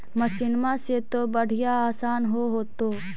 मसिनमा से तो बढ़िया आसन हो होतो?